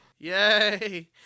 Yay